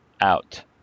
out